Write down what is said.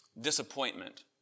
Disappointment